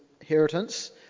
inheritance